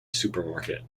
supermarket